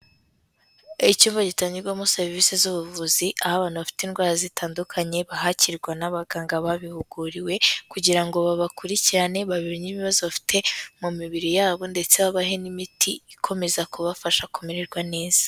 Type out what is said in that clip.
Ikigo gitangirwamo serivisi z'ubuvuzi, aho abantu bafite indwara zitandukanye bahakirirwa n'abaganga babihuguriwe kugira ngo babakurikirane bamenye ibibazo bafite mu mibiri yabo, ndetse babahe n'imiti ikomeza kubafasha kumererwa neza.